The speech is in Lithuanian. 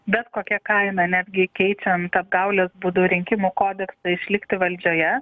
bet kokia kaina netgi keičiant apgaulės būdu rinkimų kodeksą išlikti valdžioje